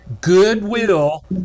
Goodwill